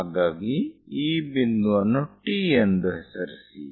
ಹಾಗಾಗಿ ಈ ಬಿಂದುವನ್ನು T ಎಂದು ಹೆಸರಿಸಿ